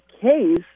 case